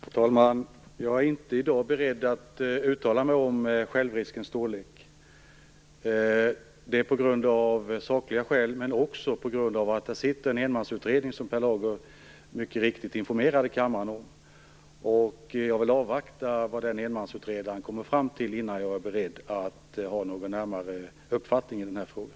Herr talman! Jag är inte i dag beredd att uttala mig om självriskens storlek. Det är av sakliga skäl men också på grund av att det pågår en enmansutredning, som Per Lager mycket riktigt informerade kammaren om. Jag vill avvakta vad enmansutredaren kommer fram till innan jag är beredd att ha någon närmare uppfattning i frågan.